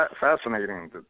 fascinating